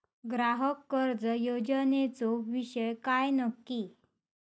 ग्राहक कर्ज योजनेचो विषय काय नक्की?